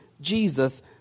Jesus